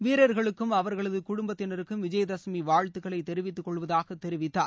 வீரர்களுக்கும் அவர்களது குடும்பத்தினருக்கும் விஜயதசமி வாழ்த்துகளை தெரிவித்துக்கொள்வதாக தெரிவித்தார்